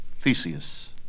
Theseus